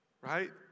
right